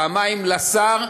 פעמיים לשר,